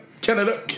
Canada